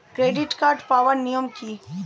Credit card পাওয়ার নিয়ম কী?